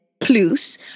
Plus